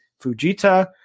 Fujita